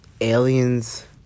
aliens